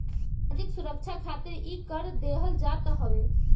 सामाजिक सुरक्षा खातिर इ कर देहल जात हवे